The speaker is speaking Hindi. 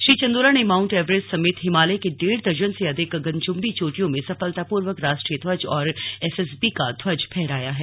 श्री चंदोला ने मांउट एवरेस्ट समेत हिमालय के डेढ़ दर्जन से अधिक गगनचुंबी चोटियों में सफलतापूर्वक राष्ट्रीय ध्वज और एसएसबी का ध्वज फहराया है